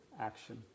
action